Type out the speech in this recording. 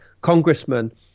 congressman